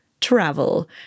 travel